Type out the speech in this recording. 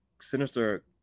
sinister